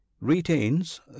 retains